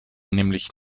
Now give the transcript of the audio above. nämlich